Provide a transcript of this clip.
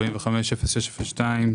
450602,